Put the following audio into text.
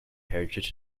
heritage